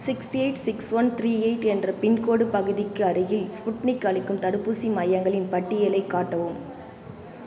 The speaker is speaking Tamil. six eight six one three eight என்ற பின்கோட் பகுதிக்கு அருகில் ஸ்புட்னிக் அளிக்கும் தடுப்பூசி மையங்களின் பட்டியலைக் காட்டவும்